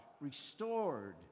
restored